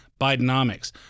Bidenomics